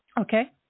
Okay